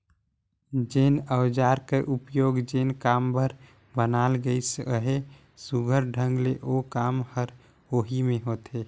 जेन अउजार कर उपियोग जेन काम बर बनाल गइस अहे, सुग्घर ढंग ले ओ काम हर ओही मे होथे